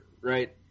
right